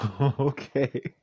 Okay